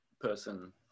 person